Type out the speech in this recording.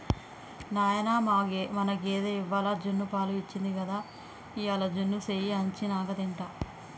నాయనా మన గేదె ఇవ్వాల జున్నుపాలు ఇచ్చింది గదా ఇయ్యాల జున్ను సెయ్యి అచ్చినంక తింటా